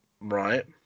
Right